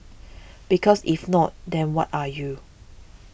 because if not then what are you